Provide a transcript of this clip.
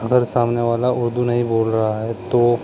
اگر سامنے والا اردو نہیں بول رہا ہے تو